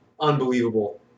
Unbelievable